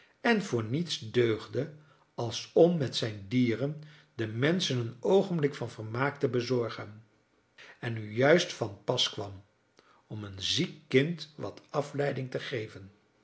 en voor niets deugde als om met zijn dieren den menschen een oogenblik van vermaak te bezorgen en nu juist van pas kwam om een ziek kind wat afleiding te geven